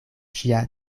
ŝia